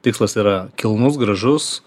tikslas yra kilnus gražus